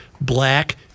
black